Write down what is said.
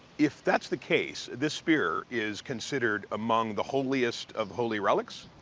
if that's the case, this spear is considered among the holiest of holy relics?